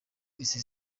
izi